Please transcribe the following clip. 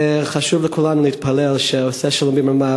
וחשוב לכולנו להתפלל שעושה שלום במרומיו,